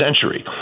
century